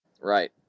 Right